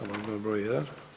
Amandman broj 1.